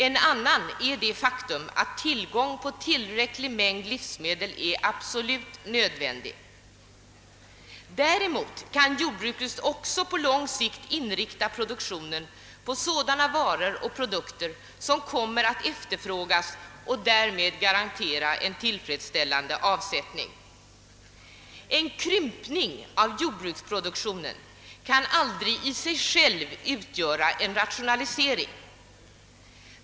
En annan skillnad är det faktum att tillgång på tillräcklig mängd livsmedel är absolut nödvändig. Däremot kan jordbruket också på lång sikt inrikta produktionen på sådana varor och produkter som kommer att efterfrågas och därmed garantera en tillfredsställande avsättning. En krympning av jordbruksproduktionen kan aldrig i sig själv utgöra en rationalisering.